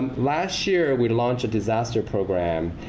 last year, we launched disaster program,